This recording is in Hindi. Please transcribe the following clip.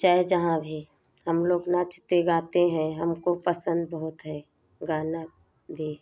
चाहे जहाँ भी हम लोग नाचते गाते हैं हमको पसंद बहुत है गाना भी